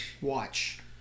Watch